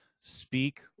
speak